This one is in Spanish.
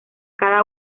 cada